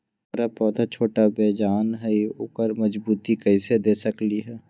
हमर पौधा छोटा बेजान हई उकरा मजबूती कैसे दे सकली ह?